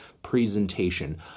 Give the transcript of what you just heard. presentation